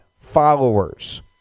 followers